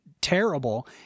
terrible